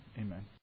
amen